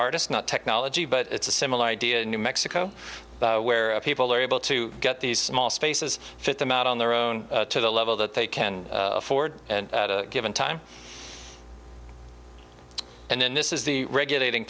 artists not technology but it's a similar idea in new mexico where people are able to get these small spaces fit them out on their own to the level that they can afford at a given time and then this is the regulating